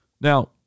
Now